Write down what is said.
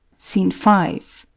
scene five.